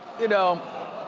you know